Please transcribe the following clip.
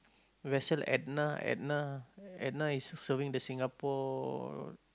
vessel Edna Edna Edna is serving the Singapore